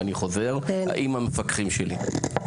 ואני חוזר עם המפקחים שלי.